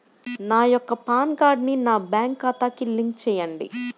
నా యొక్క పాన్ కార్డ్ని నా బ్యాంక్ ఖాతాకి లింక్ చెయ్యండి?